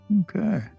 Okay